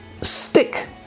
stick